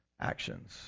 actions